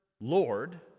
Lord